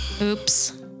Oops